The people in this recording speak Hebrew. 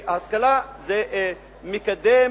שהשכלה זה מקדם,